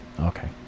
Okay